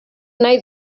nahi